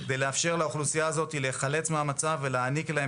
כדי לאפשר לאוכלוסייה הזאת להיחלץ מהמצב ולהעניק להם,